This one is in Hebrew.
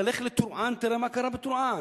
תלך לטורעאן, תראה מה קרה בטורעאן.